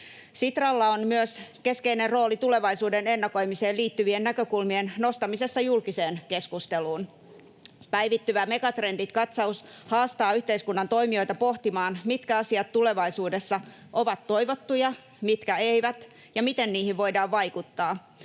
Sitralla on myös keskeinen rooli tulevaisuuden ennakoimiseen liittyvien näkökulmien nostamisessa julkiseen keskusteluun. Päivittyvä Megatrendit-katsaus haastaa yhteiskunnan toimijoita pohtimaan, mitkä asiat tulevaisuudessa ovat toivottuja ja mitkä eivät ja miten niihin voidaan vaikuttaa.